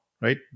right